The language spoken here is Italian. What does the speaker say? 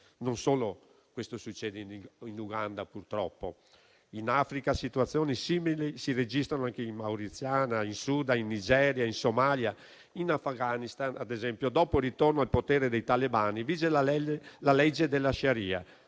non succede solo in Uganda, purtroppo: in Africa situazione simili si registrano anche in Mauritania, in Sudan, in Nigeria, in Somalia. In Afghanistan, ad esempio, dopo il ritorno al potere dei talebani, vige la legge la legge